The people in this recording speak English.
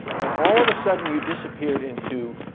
and all of a sudden, you disappeared into